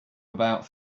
about